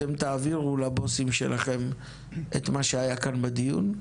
אתם תעבירו לבוסים שלכם את מה שהיה כאן בדיון.